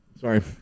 Sorry